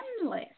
endless